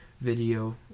video